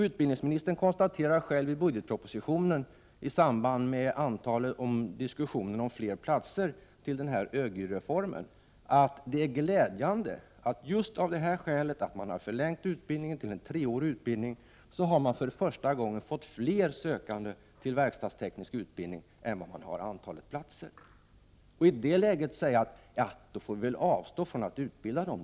Utbildningsministern konstaterar själv i budgetpropositionen i samband med diskussionen om fler platser till ÖGY-reformen, att det är glädjande att antalet sökande till verkstadsteknisk utbildning just av det skälet att man förlängt utbildningen till att vara treårig för första gången är större än antalet platser. I det läget säger utbildningsministern: Ja, då får vi avstå från att utbilda dem.